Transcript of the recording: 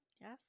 Yes